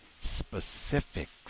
Specifics